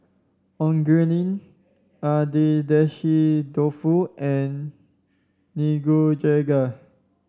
Onigiri Agedashi Dofu and Nikujaga